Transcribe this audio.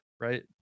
right